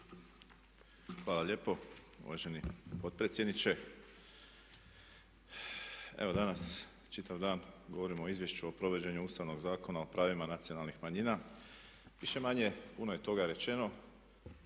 Hvala lijepo uvaženi potpredsjedniče. Evo danas čitav dan govorimo o Izvješću o provođenju Ustavnog zakona o pravima nacionalnih manjina. Više-manje puno je toga rečeno